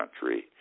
country